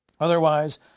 Otherwise